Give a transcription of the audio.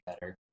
better